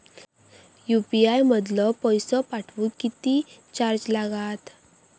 UPI मधलो पैसो पाठवुक किती चार्ज लागात?